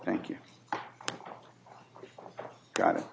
thank you go